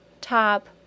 top